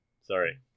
Sorry